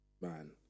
man